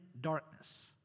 darkness